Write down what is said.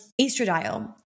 Estradiol